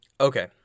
Okay